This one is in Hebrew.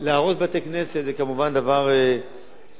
להרוס בתי-כנסת, זה כמובן דבר נורא.